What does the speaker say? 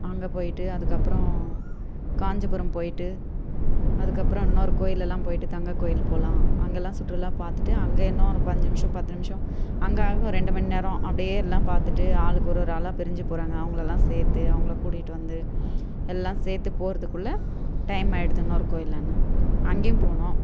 அங்கே போய்விட்டு அதுக்கப்புறம் காஞ்சிபுரம் போய்விட்டு அதுக்கப்புறம் இன்னொரு கோயில் எல்லாம் போய்விட்டு தங்க கோயில் போகலாம் அங்கெல்லாம் சுற்றுலா பார்த்துட்டு அங்கே இன்னும் ஒரு அஞ்சு நிமிஷம் பத்து நிமிஷம் அங்கே ஆகும் ரெண்டு மணி நேரம் அப்படியே எல்லாம் பார்த்துட்டு ஆளுக்கு ஒரு ஒரு ஆளாக பிரிஞ்சு போகிறாங்க அவங்களெல்லாம் சேர்த்து அவங்கள கூட்டிகிட்டு வந்து எல்லாம் சேர்த்து போகிறதுக்குள்ள டைம் ஆகிடுது இன்னொரு கோயிலாண்ட அங்கேயும் போனோம்